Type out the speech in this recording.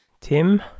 Tim